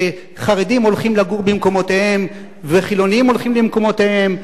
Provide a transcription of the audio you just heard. שחרדים הולכים לגור במקומותיהם וחילונים הולכים למקומותיהם,